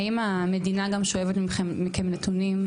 האם המדינה גם שואבת מכם נתונים?